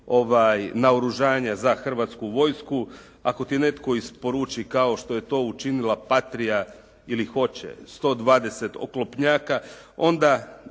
naoružanja za Hrvatsku vojsku, ako ti netko isporuči kao što je to učinila Patria ili hoće 120 oklopnjaka onda